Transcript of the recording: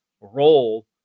role